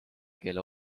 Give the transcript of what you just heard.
keele